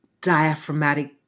diaphragmatic